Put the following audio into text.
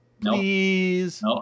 please